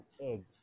egg